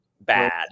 bad